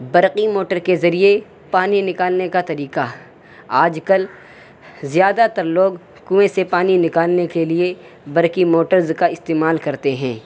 برقی موٹر کے ذریعے پانی نکالنے کا طریقہ آج کل زیادہ تر لوگ کنویں سے پانی نکالنے کے لیے برقی موٹرز کا استعمال کرتے ہیں